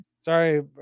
sorry